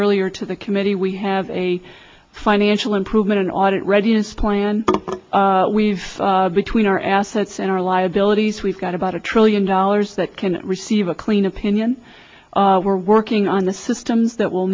earlier to the committee we have a financial improvement an audit readiness plan we've between our assets and our liabilities we've got about a trillion dollars that can receive a clean opinion we're working on the systems that will